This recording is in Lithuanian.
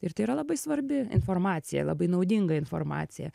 ir tai yra labai svarbi informacija labai naudinga informacija